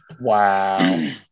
Wow